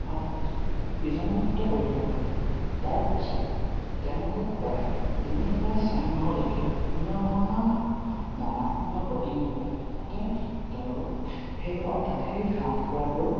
বীজাণমুক্ত কৰি ল'ব লাগে তাৰপিছত তেওঁলোকক প্ৰায় তিনিৰ পৰা চাৰি মাহলৈকে বিভিন্ন ধৰণৰ দানা বা প্ৰটিন দিব লাগে যাতে তেওঁলোক সেই অৰ্থাৎ সেই হাঁহ কুকুৰাবোৰ